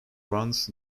runs